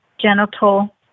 genital